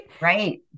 right